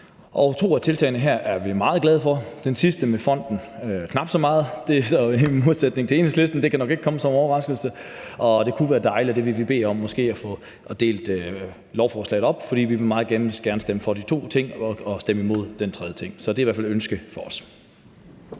og to af tiltagene her er vi meget glade for – det sidste med fonden knap så meget. Det er så i modsætning til Enhedslisten; det kan nok ikke komme som en overraskelse. Det kunne være dejligt – og det vil vi måske bede om – at få delt lovforslaget op, fordi vi meget gerne vil stemme for de to ting og stemme imod den tredje ting. Så det er i hvert fald et ønske fra os.